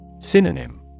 Synonym